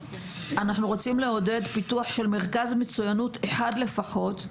גדולים; אנחנו רוצים לעודד פיתוח של מרכז מצוינות אחד לפחות,